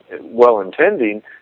well-intending